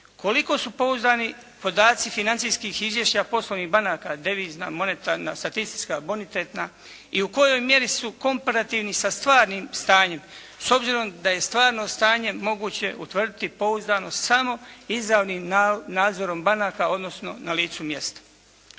Koliko su pouzdani podaci financijskih izvješća poslovnih banaka, devizna, monetarna, statistička, bonitetna i u kojoj mjeri su komparativni sa stvarnim stanjem s obzirom da je stvarno stanje moguće utvrditi pouzdano samo izravnim nadzorom banaka odnosno na licu mjesta.